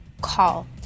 call